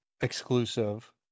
exclusive